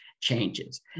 changes